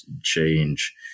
change